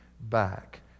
back